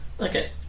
Okay